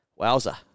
Wowza